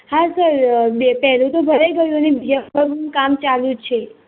હા સર બે પહેલું તો ભરાઈ ગયું અને બીજા ફોર્મનું કામ ચાલું જ છે